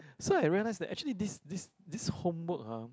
so I realise that actually this this this homework ah